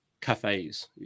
cafes